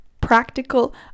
practical